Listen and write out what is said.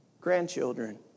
Grandchildren